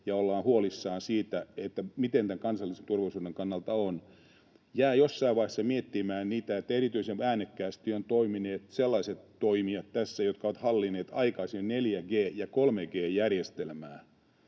ja ollaan huolissaan, miten kansallisen turvallisuuden laita on. Jäin jossain vaiheessa miettimään sitä, että erityisen äänekkäästi ovat toimineet sellaiset toimijat, jotka ovat hallinneet aikaisemmin 4G- ja 3G-järjestelmiä.